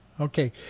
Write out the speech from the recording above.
okay